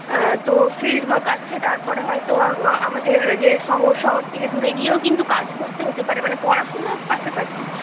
হ্যাঁ তো ফিল্ডওয়ার্ক আছে তারপরে হয়তো আমাদের যে শহর শহর থেকে দূরে গিয়েও কিন্তু কাজ করতে হতে পারে পড়াশুনোর পাশাপাশি